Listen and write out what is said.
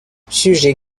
sujets